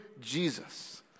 Jesus